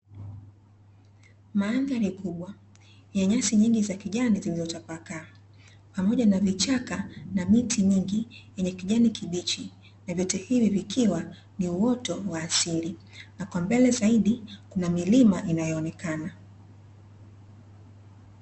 Mandhari kubwa ya nyasi nyingi za kijani zilizotapakaa pamoja na vichaka na miti mingi yenye kijani kibichi na vyote hivi vikiwa ni uoto wa asili. Na kwa mbele zaidi kuna milima inayoonekana.